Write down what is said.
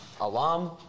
alum